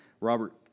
Robert